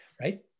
right